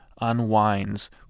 unwinds